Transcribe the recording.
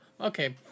okay